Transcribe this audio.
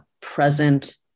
present